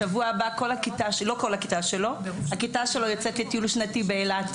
בשבוע הבא הכיתה שלו יוצאת לטיול שנתי באילת,